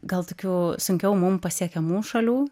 gal tokių sunkiau mums pasiekiamų šalių